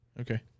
Okay